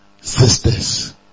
sisters